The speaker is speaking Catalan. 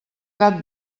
gat